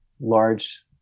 large